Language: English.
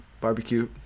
Barbecue